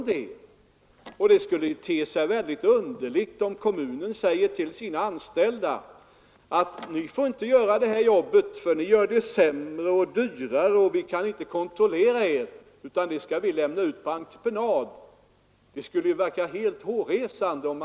Det skulle te sig väldigt underligt om kommunen sade till sina anställda: ”Ni får inte göra det här jobbet, för ni gör det sämre och dyrare, och vi kan inte kontrollera er, utan det skall vi lämna ut på entreprenad.” Det skulle verka helt hårresande.